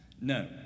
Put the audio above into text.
No